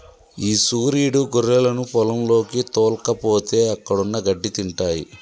ఈ సురీడు గొర్రెలను పొలంలోకి తోల్కపోతే అక్కడున్న గడ్డి తింటాయి